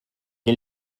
que